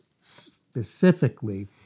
specifically